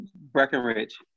Breckenridge